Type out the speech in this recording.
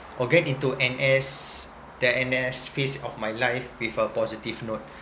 or get into N_S the N_S phase of my life with a positive note